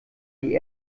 die